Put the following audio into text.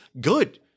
good